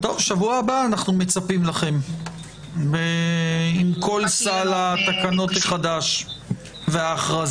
בשבוע הבא אנחנו מצפים לכם עם כל סל התקנות החדש וההכרזה,